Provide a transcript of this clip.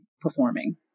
performing